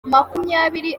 makumyabiri